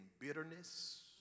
bitterness